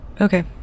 Okay